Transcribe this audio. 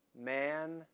man